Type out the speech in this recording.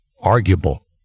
arguable